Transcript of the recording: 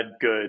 good